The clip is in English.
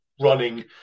running